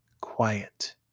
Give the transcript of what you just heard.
quiet